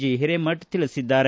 G Hiremath ತಿಳಿಸಿದ್ದಾರೆ